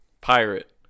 pirate